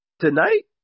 tonight